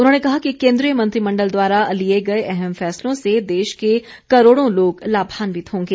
उन्होंने कहा कि केंद्रीय मंत्रिमण्डल द्वारा लिए गए अहम फैसलों से देश के करोड़ों लोग लाभान्वित होंगे